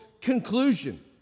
conclusion